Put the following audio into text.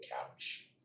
couch